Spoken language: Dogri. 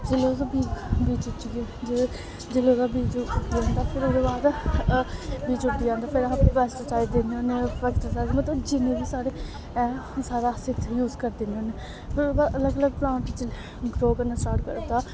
जेल्लै ओह्दे च बीज जेल्लै ओह्दा बीज उग्गी जंदा फिर ओह्दे बाद जो बी आंदा फिर अस पैस्टीसाइड दिन्ने होन्ने पैस्टीसाइड मतलब जिन्ने बी साढ़े ऐ अस इत्थे यूज करी दिन्ने होन्ने फिर ओह्दे बाद अलग अलग प्लांट ग्रो करना स्टार्ट करदा